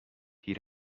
تیر